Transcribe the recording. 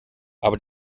aber